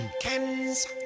Ken's